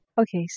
Okay